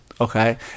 okay